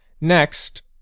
Next